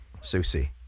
Susie